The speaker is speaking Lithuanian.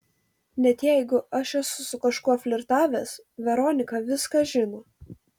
net jeigu aš esu su kažkuo flirtavęs veronika viską žino